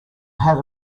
had